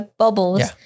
bubbles